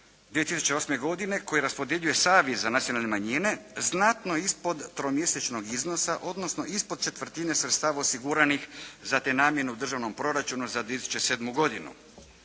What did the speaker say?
2008. godine koje raspodjeljuje Savez za nacionalne manjine, znatno ispod tromjesečnog iznosa, odnosno ispod četvrtine sredstava osiguranih za te namjene u državnom proračunu za 2007. godinu.